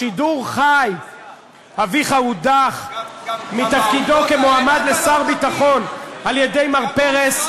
בשידור חי אביך הודח מתפקידו כמועמד לשר ביטחון על-ידי מר פרס.